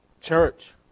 church